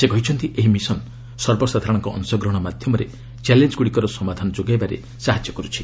ସେ କହିଛନ୍ତି' ଏହି ମିଶନ ସର୍ବସାଧାରଣଙ୍କ ଅଂଶଗ୍ରହଣ ମାଧ୍ୟମରେ ଚ୍ୟାଲେଞ୍ଜ ଗୁଡିକର ସମାଧାନ ଯୋଗାଇବାରେ ସାହାଯ୍ୟ କର୍ୁଛି